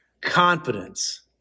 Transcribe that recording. confidence